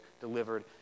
delivered